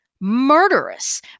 murderous